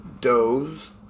Doze